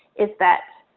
is that